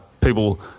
people